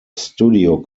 studio